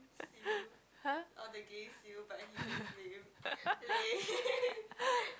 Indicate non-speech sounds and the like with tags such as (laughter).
(laughs) !huh! (laughs)